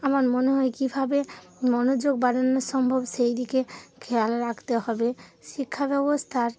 আমার মনে হয় কীভাবে মনোযোগ বাড়ানো সম্ভব সেই দিকে খেয়াল রাখতে হবে শিক্ষা ব্যবস্থার